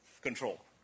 control